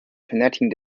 connecting